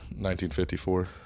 1954